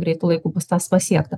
greitu laiku bus tas pasiekta